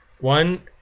One